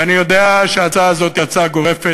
ואני יודע שההצעה הזאת היא הצעה גורפת,